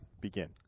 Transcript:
Begin